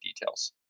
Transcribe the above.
details